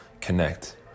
connect